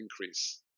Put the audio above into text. increase